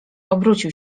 obrócił